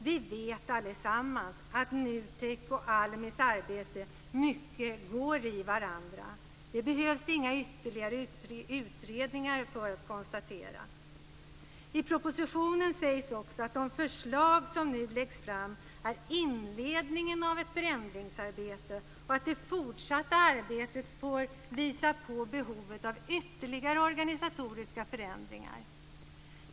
Vi vet alla att NUTEK:s och ALMI:s arbete går in i varandra, och det behövs inga ytterligare utredningar för att konstatera det. I propositionen sägs också att de förslag som läggs fram är inledningen av ett förändringsarbete och att det fortsatta arbetet får visa på behovet av ytterligare organisatoriska förändringar.